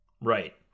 Right